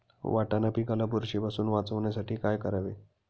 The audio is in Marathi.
वाटाणा पिकाला बुरशीपासून वाचवण्यासाठी काय करावे?